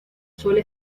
suele